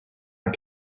not